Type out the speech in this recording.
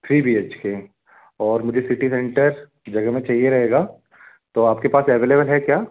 three B H K और मुझे city centre जगह में चाहिए रहेगा तो आपके पास अवेलेबल है क्या